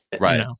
right